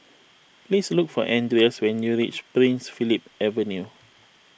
please look for andreas when you reach Prince Philip Avenue